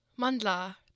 Mandla